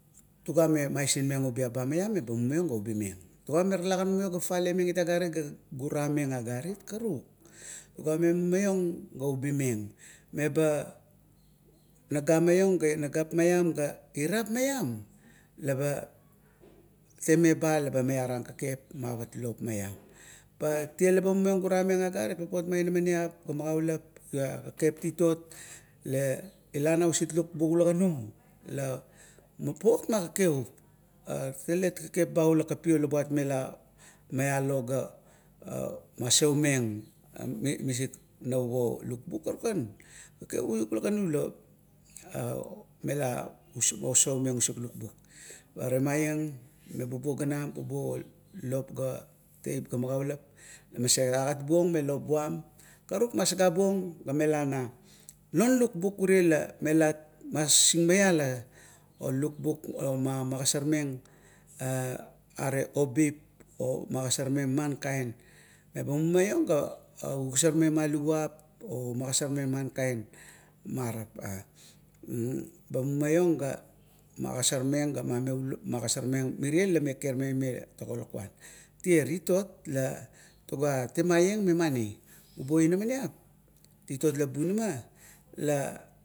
Tuga me maisingmeng ubiap ba maiam meba mumaiong ga ubimang. Togua talagan mumaio ga fafale meng it agarit karuk. Tuga memumaiong ga ubimeng eba naga maiong ga nagap maiam ga irapmaim leba temeba leba maiarang kekep paet lop maiam. Pa tiea laba mumaiong gurameng agarit papot ma teip ga magaulap ga teip titot la ila na hausik bung ula ganu, la papot ma kekevup talet kekep ba ula kakapiola buat mela mialo ga masoumeng misik nap vup olukbuk, karukan, kekevup ula ganu lamela oseumeng usik lukbuk. Pa temaieng la bubuo ganam, bubuo lop ga teip ga magaulap. Mitara agat buong me lop buam. Karuk masagabung ga mela na non lukbuk ure la melat masingmaiala olukbuk la magosormeng obip o magosormeng man kaen, leba mmumaiong ga ugosormeng man kaen marap ba ba mumaiong ga magosormeng ga ma meuluan ga magosormeng mirie la mekea maime togo lukuan. Tie titot la toga, temaieng, memamani bubuo inamaniap, titot la bunama la.